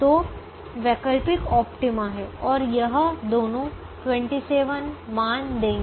तो वैकल्पिक ऑप्टिमा हैं और यह दोनों 27 मान देंगे